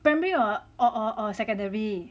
primary or or secondary